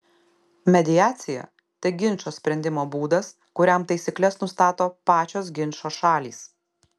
mediacija tai ginčo sprendimo būdas kuriam taisykles nustato pačios ginčo šalys